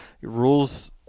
rules